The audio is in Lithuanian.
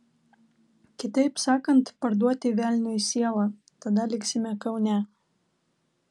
kitaip sakant parduoti velniui sielą tada liksime kaune